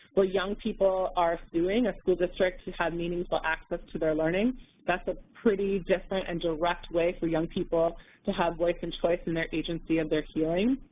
but young people are suing a school district to have meaningful access to their learning that's a pretty different and direct way young people to have voice and choice in their agency of their healing.